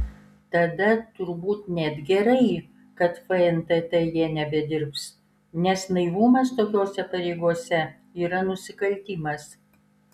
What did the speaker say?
tada turbūt net gerai kad fntt jie nebedirbs nes naivumas tokiose pareigose yra nusikaltimas